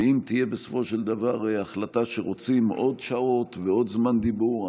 ואם תהיה בסופו של דבר החלטה שרוצים עוד שעות ועוד זמן דיבור,